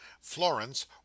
Florence